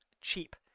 cheap